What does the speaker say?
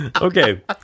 okay